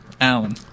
alan